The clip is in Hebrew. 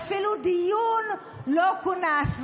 שמונה שבועות, ואפילו דיון לא כונס.